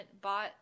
bought